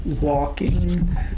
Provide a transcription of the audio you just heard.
Walking